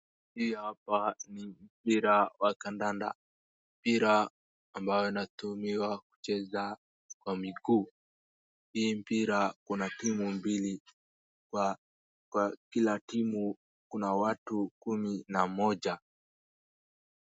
Hii hapa ni mpira wa kadada. Mpira ambayo inatumiwa kucheza kwa miguu. Hii mpira kuna timu mbili. Kwa kila timu kuna watu kumi na mmoja.